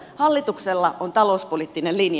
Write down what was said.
hallituksella on talouspoliittinen linja